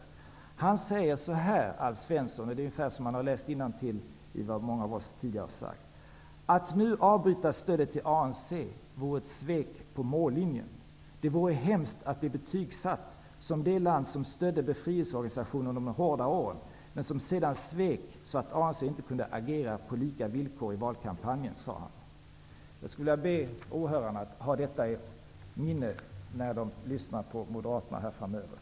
Alf Svensson säger så här, och det är ungefär som om han läser innantill i tidigare uttalanden från många av oss: ''Att nu avbryta stödet till ANC vore ett svek på mållinjen. Det vore hemskt att bli betygsatt som det land som stödde befrielseorganisationen under de hårda åren, men som sedan svek så att ANC inte kunde agera på lika villkor i valkampanjen.'' Jag skulle vilja be åhörarna att ha det i minne när de lyssnar på moderaterna här framöver.